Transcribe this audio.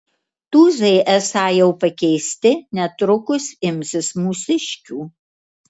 tūzai esą jau pakeisti netrukus imsis mūsiškių